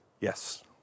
Yes